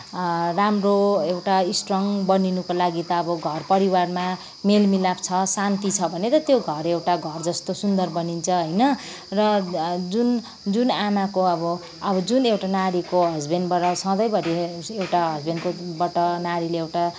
राम्रो एउटा स्ट्रोङ्ग बनिनुको लागि त अब घरपरिवारमा मेलमिलाप छ शान्ति छ भने त त्यो घर एउटा घर जस्तो सुन्दर बनिन्छ होइन र जुन जुन आमाको अब अब जुन एउटा नारीको हस्बेन्ड भएर सधैँभरि एउटा हस्बेन्डकोबाट नारीले एउटा